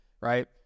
right